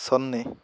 ಸೊನ್ನೆ